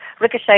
ricochet